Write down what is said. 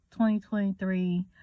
2023